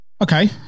okay